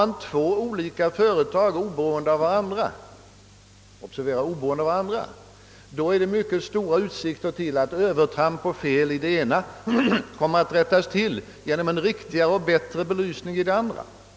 Med två av varandra oberoende företag finns det mycket större utsikter till att övertramp och fel i det ena företagets program kommer att följas av en riktigare och bättre belysning från det andra företagets sida.